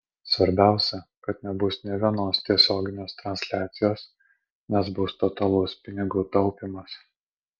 svarbiausia kad nebus nė vienos tiesioginės transliacijos nes bus totalus pinigų taupymas